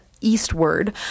eastward